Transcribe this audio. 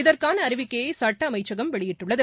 இதற்காள அறிவிக்கையை சட்ட அமைச்சகம் வெளியிட்டுள்ளது